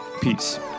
Peace